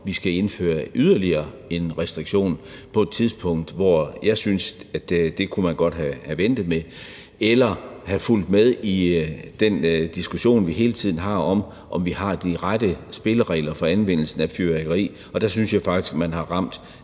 vi skal indføre endnu en restriktion på et tidspunkt, hvor jeg synes at det kunne man godt have ventet med. Eller man kunne have fulgt med i den diskussion, vi hele tiden har, om vi har de rette spilleregler for anvendelsen af fyrværkeri, og der synes jeg faktisk, at man har ramt